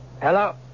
Hello